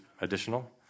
additional